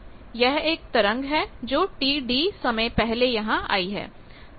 यह एक तरंग है जो Td समय पहले यहां आई है